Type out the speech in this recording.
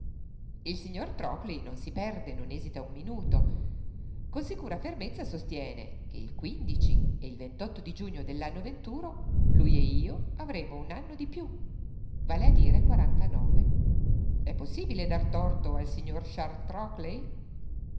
il signor trockley non si perde non esita un minuto con sicura fermezza sostiene che il quindici e il ventotto di giugno dell'anno venturo lui e io avremo un anno di più vale a dire quarantanove è possibile dar torto al signor charles trockley